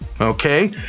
Okay